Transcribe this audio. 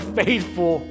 faithful